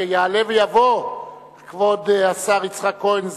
יעלה ויבוא כבוד השר יצחק כהן,